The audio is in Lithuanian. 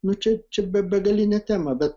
nu čia čia begalinė tema bet